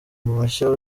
mashya